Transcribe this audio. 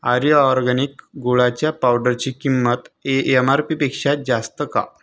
आर्य organic गुळाच्या पावडरची किंमत ए एम आर पीपेक्षा जास्त का